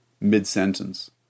mid-sentence